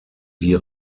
die